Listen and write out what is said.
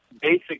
basic